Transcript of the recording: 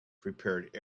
prepared